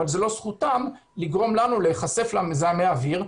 אבל זו לא זכותם לגרום לנו להיחשף למזהמי אוויר.